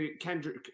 Kendrick